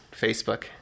Facebook